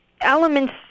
elements